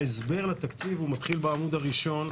ההסבר לתקציב מתחיל בעמוד הראשון,